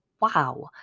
Wow